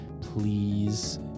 please